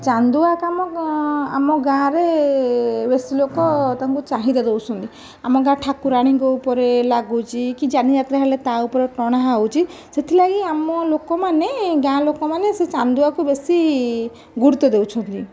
ଚାନ୍ଦୁଆ କାମ ଆମ ଗ୍ରାମରେ ବେଶି ଲୋକ ତାଙ୍କୁ ଚାହିଦା ଦେଉଛନ୍ତି ଆମ ଗ୍ରାମ ଠାକୁରାଣୀଙ୍କ ଉପରେ ଲାଗୁଛି କି ଯାନିଯାତ୍ରା ହେଲେ ତା' ଉପରେ ଟଣା ହେଉଛି ସେଥିପାଇଁ ଆମ ଲୋକମାନେ ଗ୍ରାମ ଲୋକମାନେ ସେ ଚାନ୍ଦୁଆକୁ ବେଶି ଗୁରୁତ୍ଵ ଦେଉଛନ୍ତି